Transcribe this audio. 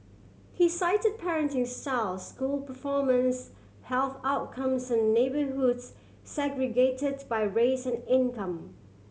he cited parenting style school performance health outcomes and neighbourhoods segregated by race and income